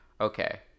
Okay